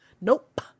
nope